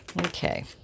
Okay